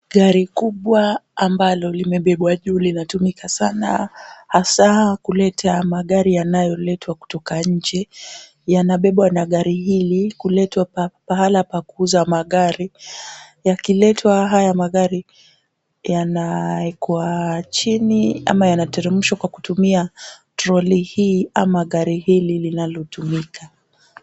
Gari kubwa ambalo limebebwa juu ,linatumika sana hasaa kuleta magari yanayoletwa kutoka nje .Yanabebwa na gari hili kuletwa pahala pa kuuza magari ,yakiletwa haya magari yanawekwa chini ama kuteremshwa kwa kutumia troli hii au gari hili linalotumika.